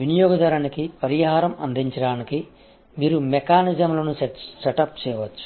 వినియోగదారునికి పరిహారం అందించడానికి మీరు మెకానిజమ్లను సెటప్ చేయవచ్చు